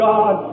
God